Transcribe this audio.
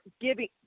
giving